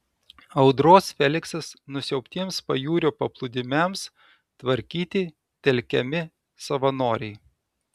audros feliksas nusiaubtiems pajūrio paplūdimiams tvarkyti telkiami savanoriai